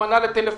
הוא ענה לטלפונים,